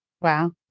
Wow